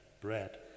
Bread